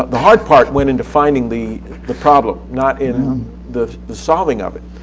the hard part went into finding the the problem, not in the the solving of it.